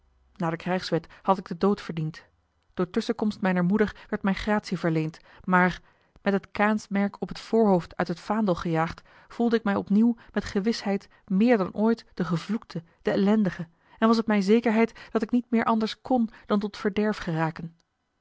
naar de krijgswet had ik den dood verdiend door tusschenkomst mijner moeder werd mij gratie verleend maar met het kaïnsmerk op het voorhoofd uit het vaandel gejaagd voelde ik mij opnieuw met gewisheid meer dan ooit de gevloekte de ellendige en was het mij zekerheid dat ik niet meer anders kon dan tot verderf geraken